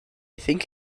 think